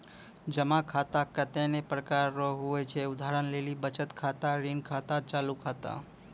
जमा खाता कतैने प्रकार रो हुवै छै उदाहरण लेली बचत खाता ऋण खाता चालू खाता